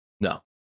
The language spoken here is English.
No